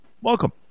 welcome